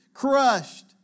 crushed